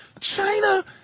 China